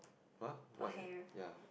[huh] what is it ya